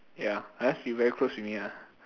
ya unless you very close with me ah